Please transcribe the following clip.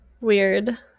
weird